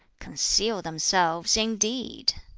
conceal themselves, indeed!